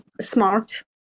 smart